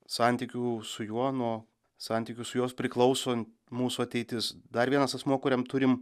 santykių su juo nuo santykių su jos priklauso mūsų ateitis dar vienas asmuo kuriam turim